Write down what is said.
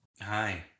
Hi